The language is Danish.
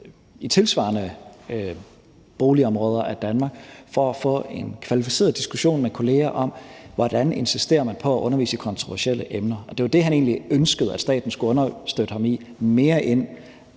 i tilsvarende boligområder af Danmark, for at få en kvalificeret diskussion om, hvordan man insisterer på at undervise i kontroversielle emner. Og det var det, han egentlig mere ønskede staten skulle understøtte ham i, end